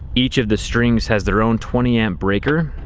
each of the strings has their own twenty amp breaker.